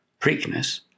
Preakness